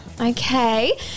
Okay